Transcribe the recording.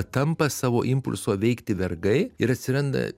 tampa savo impulso veikti vergai ir atsiranda